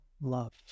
love